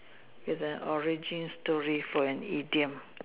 with an origin story for an idiom